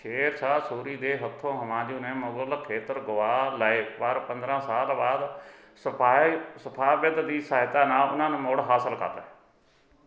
ਸ਼ੇਰ ਸ਼ਾਹ ਸੂਰੀ ਦੇ ਹੱਥੋਂ ਹੁਮਾਯੂੰ ਨੇ ਮੁਗ਼ਲ ਖੇਤਰ ਗਵਾ ਲਏ ਪਰ ਪੰਦਰ੍ਹਾਂ ਸਾਲ ਬਾਅਦ ਸਫਾਏ ਸਫ਼ਾਰਵਿਦ ਦੀ ਸਹਾਇਤਾ ਨਾਲ ਉਨ੍ਹਾਂ ਨੂੰ ਮੁੜ ਹਾਸਲ ਕਰ ਲਏ